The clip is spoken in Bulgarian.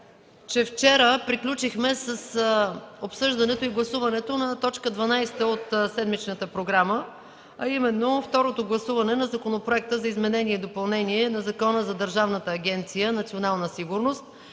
вчера приключихме с обсъждането и гласуването на т. 12 от седмичната програма, а именно Второ гласуване на Законопроекта за изменение и допълнение на Закона за Държавна агенция „Национална сигурност”.